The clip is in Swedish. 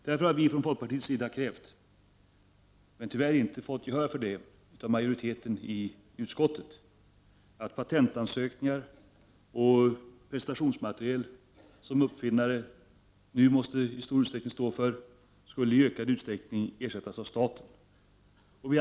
Därför har vi från folkpartiets sida krävt, men tyvärr inte fått gehör för det från majoriteten i utskottet, att patentansökningar och prestationsmateriel som uppfinnare nu i stor utsträckning måste stå för, i ökad utsträckning skulle ersättas av staten.